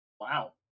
Wow